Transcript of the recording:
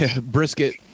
Brisket